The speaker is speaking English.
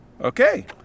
Okay